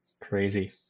Crazy